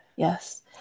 Yes